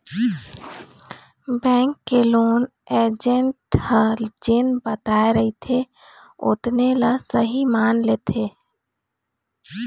bank के loan agent ह जेन बताए रहिथे ओतने ल सहीं मान लेथे